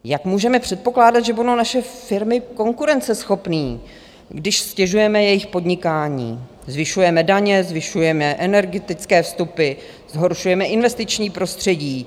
Jak můžeme předpokládat, že budou naše firmy konkurenceschopné, když ztěžujeme jejich podnikání, zvyšujeme daně, zvyšujeme energetické vstupy, zhoršujeme investiční prostředí.